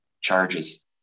charges